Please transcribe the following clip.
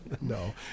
No